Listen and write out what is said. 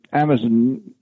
Amazon